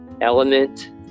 element